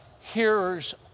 hearers